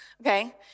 okay